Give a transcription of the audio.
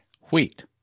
wheat